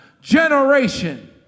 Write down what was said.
generation